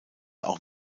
auch